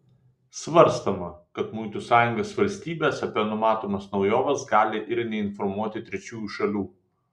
svarstoma kad muitų sąjungos valstybės apie numatomas naujoves gali ir neinformuoti trečiųjų šalių